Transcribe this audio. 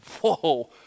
whoa